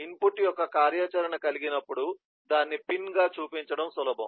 input యొక్క కార్యాచరణ కలిగినప్పుడు దాన్ని పిన్గా చూపించడం సులభం